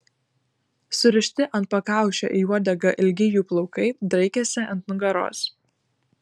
surišti ant pakaušio į uodegą ilgi jų plaukai draikėsi ant nugaros